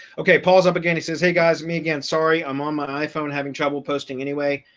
okay, paul is up again. he says, hey, guys, me again. sorry, i'm on my iphone having trouble posting anyway.